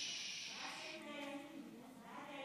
הוא עולה לדבר.